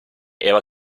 era